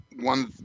one